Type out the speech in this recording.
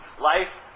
life